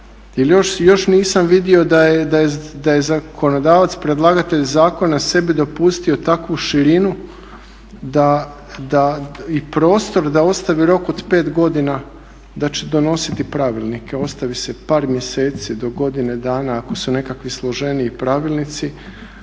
još nisam vidio da je zakonodavac predlagatelj zakona sebi dopustio takvu širinu i prostor da ostavi rok od 5 godina da će donositi pravilnike. Ostavi se par mjeseci do godine dana ako su nekakvi složeniji pravilnici,